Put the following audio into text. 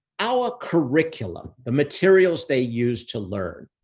our curriculum, the materials they use to learn,